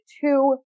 two